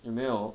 有没有